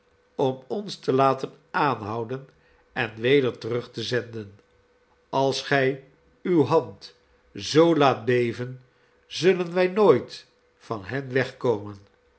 om ons te laten aanhouden en weder terug te zenden als gij uwe hand zoo laat beven zullen wij nooit van hen wegkomen